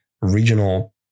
regional